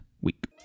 week